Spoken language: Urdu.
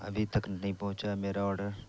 ابھی تک نہیں پہنچا ہے میرا آڈر